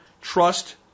trust